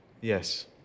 Yes